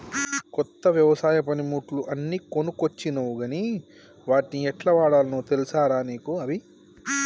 కొత్త వ్యవసాయ పనిముట్లు అన్ని కొనుకొచ్చినవ్ గని వాట్ని యెట్లవాడాల్నో తెలుసా రా నీకు అభి